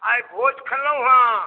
आइ भोज खेलौहँ